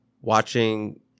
watching